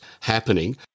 happening